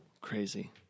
Crazy